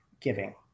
giving